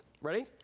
Ready